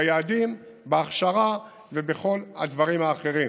ביעדים, בהכשרה ובכל הדברים האחרים.